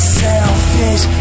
selfish